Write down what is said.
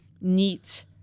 neat